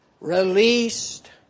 released